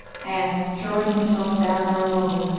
and, throwing himself down there alone,